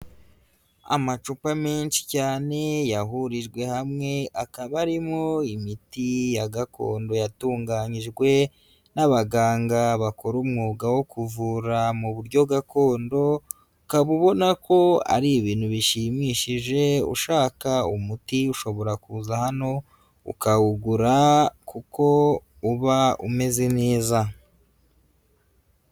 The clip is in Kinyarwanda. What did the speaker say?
Amacupa menshi cyane, yahurijwe hamwe, akaba arimo imiti ya gakondo yatunganyijwe n'abaganga bakora umwuga wo kuvura mu buryo gakondo, ukaba ubona ko ari ibintu bishimishije, ushaka umuti ushobora kuza hano, ukawugura kuko uba umeze neza.